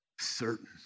Certain